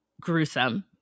gruesome